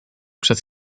przez